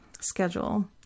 schedule